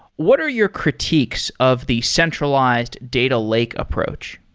what are your critiques of the centralized data lake approach?